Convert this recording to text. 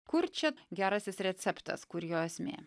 kur čia gerasis receptas kur jo esmė